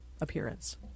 appearance